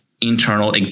internal